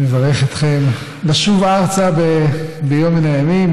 מברך אתכם לשוב ארצה ביום מן הימים,